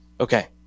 Okay